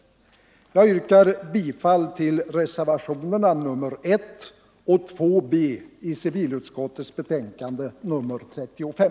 Jag yrkar bifall till reservationerna 1 och 2 bi civilutskottets betänkande är 35: